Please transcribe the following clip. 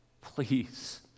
please